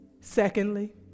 Secondly